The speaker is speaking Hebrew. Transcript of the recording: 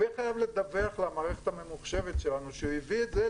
הוא יהיה חייב לדווח לנו למערכת הממוחשבת שלנו שהוא הביא את זה,